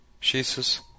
Jesus